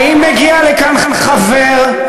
ואם מגיע לכאן חבר,